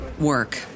work